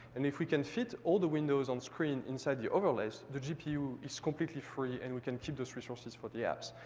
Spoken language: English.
and if we can fit all the windows on screen inside the overlays, the gpu is completely free and we can keep those resources for the apps.